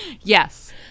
yes